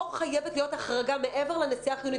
פה חייבת להיות החרגה מעבר לנסיעה החיונית.